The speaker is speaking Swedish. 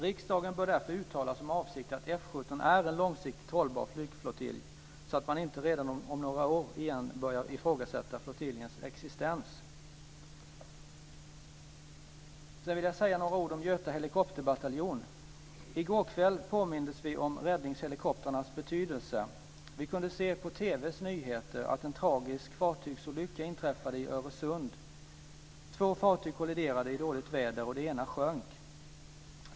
Riksdagen bör uttala som avsikt att F 17 är en långsiktigt hållbar flygflottilj, så att man inte redan om några år återigen börjar ifrågasätta flottiljens existens. Jag vill säga några ord om Göta helikopterbataljon. I går kväll påmindes vi om räddningshelikoptrarnas betydelse. Vi kunde se på TV:s nyheter att en tragisk fartygsolycka inträffade i Öresund. Två fartyg kolliderade i dåligt väder, och det ena sjönk.